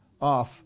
off